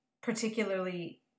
particularly